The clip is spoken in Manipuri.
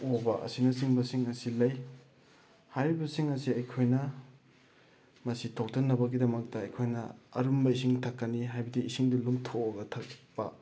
ꯑꯣꯕ ꯑꯁꯤꯅꯆꯤꯡꯕꯁꯤꯡ ꯑꯁꯤ ꯂꯩ ꯍꯥꯏꯔꯤꯕꯁꯤꯡ ꯑꯁꯤ ꯑꯩꯈꯣꯏꯅ ꯃꯁꯤ ꯊꯣꯛꯇꯅꯕꯒꯤꯗꯃꯛꯇ ꯑꯩꯈꯣꯏꯅ ꯑꯔꯨꯝꯕ ꯏꯁꯤꯡ ꯊꯛꯀꯅꯤ ꯍꯥꯏꯕꯗꯤ ꯏꯁꯤꯡꯗꯨ ꯂꯨꯝꯊꯣꯛꯂꯒ ꯊꯛꯄ